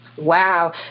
Wow